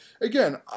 again